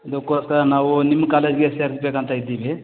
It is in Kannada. ಇದಕ್ಕೋಸ್ಕರ ನಾವು ನಿಮ್ಮ ಕಾಲೇಜ್ಗೆ ಸೇರ್ಸ್ಬೇಕು ಅಂತ ಇದ್ದೀವಿ